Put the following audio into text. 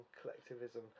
collectivism